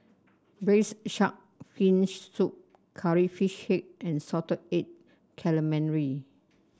Braised Shark Fin Soup Curry Fish Head and Salted Egg Calamari